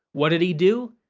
what did he do?